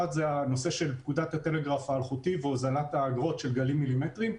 אחת מהן היא פקודת הטלגרף האלחוטי והוזלת האגרות של גלים מילימטריים.